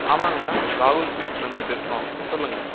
ஆமாங்க மேம் ராகுல் ஸ்வீட்ஸ்லருந்து பேசுகிறோம் சொல்லுங்கள்